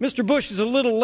mr bush is a little